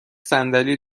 صندلی